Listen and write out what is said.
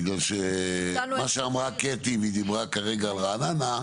בגלל שמה שאמרה קטי, והיא דיברה כרגע על רעננה,